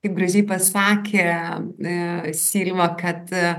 kaip gražiai pasakė e silva kad